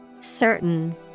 Certain